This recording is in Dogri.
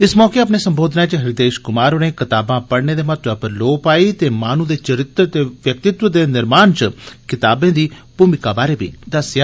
इस मौके अपने सम्बोधनै च हृदेश कुमार होरें कताबां पढ़ने दे महत्वै पर लो पाई ते माहनू दे चरित्र निर्माण च कताबें दी भूमिका बारै बी दस्सेआ